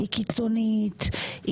היא קיצונית,